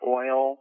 oil